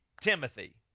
Timothy